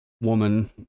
woman